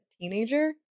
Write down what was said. teenager